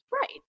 Right